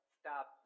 stop